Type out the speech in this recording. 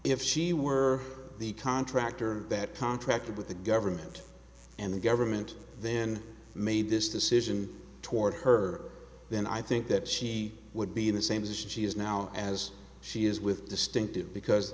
if she were the contractor that contracted with the government and the government then made this decision toward her then i think that she would be the same as she is now as she is with distinctive because